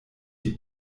die